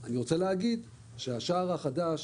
אני רוצה להגיד שהשער החדש